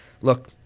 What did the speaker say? Look